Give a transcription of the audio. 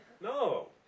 No